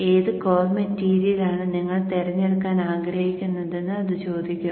ഏത് കോർ മെറ്റീരിയലാണ് നിങ്ങൾ തിരഞ്ഞെടുക്കാൻ ആഗ്രഹിക്കുന്നതെന്ന് അത് ചോദിക്കും